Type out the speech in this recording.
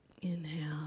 Inhale